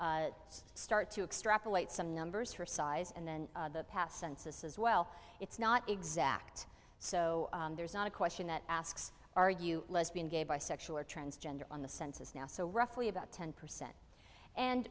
could start to extrapolate some numbers for size and then the past census as well it's not exact so there's not a question that asks are you lesbian gay bisexual or transgender on the census now so roughly about ten percent and